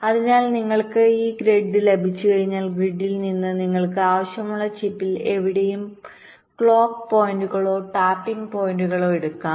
അതിനാൽ നിങ്ങൾക്ക് ഈ ഗ്രിഡ് ലഭിച്ചുകഴിഞ്ഞാൽ ഗ്രിഡിൽ നിന്ന് നിങ്ങൾക്ക് ആവശ്യമുള്ള ചിപ്പിൽ എവിടെയും ക്ലോക്ക് പോയിന്റുകളോ ടാപ്പിംഗ് പോയിന്റുകളോ എടുക്കാം